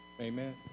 Amen